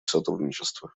сотрудничества